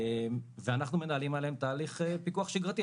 ואנחנו מנהלים עליהם תהליך פיקוח שגרתי,